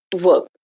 work